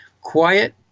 Quiet